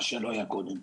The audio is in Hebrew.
מה שלא היה קודם.